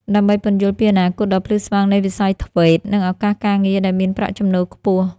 ដើម្បីពន្យល់ពីអនាគតដ៏ភ្លឺស្វាងនៃវិស័យ ធ្វេត TVET និងឱកាសការងារដែលមានប្រាក់ចំណូលខ្ពស់។